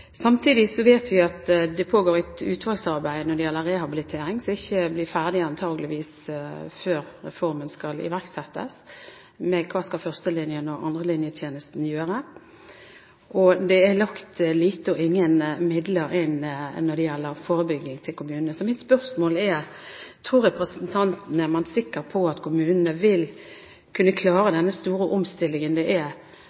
Samtidig vet vi at det pågår et utvalgsarbeid når det gjelder rehabilitering som antakeligvis ikke blir ferdig før reformen skal iverksettes. Hva skal førstelinjetjenesten og andrelinjetjenesten gjøre? Det er lagt lite eller ingen midler inn når det gjelder forebygging, til kommunene. Så mitt spørsmål er: Er representanten sikker på at kommunene vil kunne klare